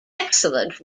excellent